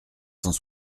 cent